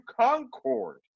Concord